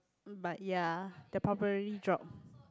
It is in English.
but ya their popularity drop